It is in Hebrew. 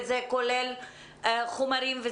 חומרים,